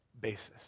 basis